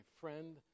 friend